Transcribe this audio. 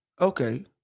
Okay